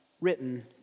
written